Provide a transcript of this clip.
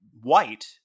white